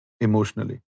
emotionally